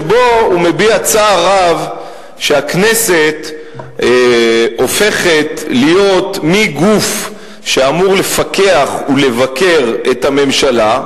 שבו הוא מביע צער רב שהכנסת הופכת מגוף שאמור לפקח ולבקר את הממשלה,